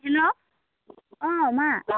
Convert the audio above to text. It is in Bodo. हेलौ औ मा